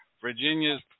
Virginia's